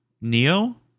Neo